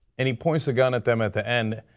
and he points the gun at them at the end,